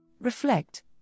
Reflect